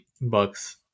bucks